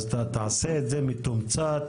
תעשה את זה מתומצת.